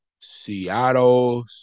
Seattle